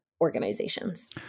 organizations